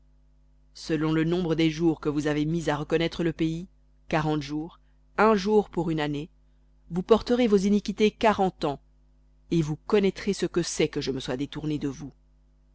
selon le nombre des jours que vous avez mis à reconnaître le pays quarante jours un jour pour une année vous porterez vos iniquités quarante ans et vous connaîtrez ce que c'est que je me sois détourné de vous